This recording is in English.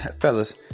fellas